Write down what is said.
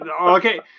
Okay